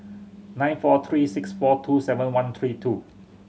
nine four three six four two seven one three two